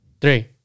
Three